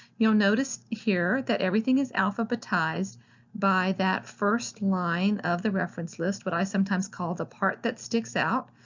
you'll notice here that everything is alphabetized by that first line of the reference list, but i sometimes call the part that sticks out.